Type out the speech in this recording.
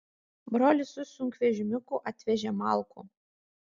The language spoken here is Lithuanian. brolis su sunkvežimiuku atvežė malkų